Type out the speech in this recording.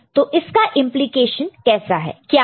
तो इसका इंप्लीकेशन क्या है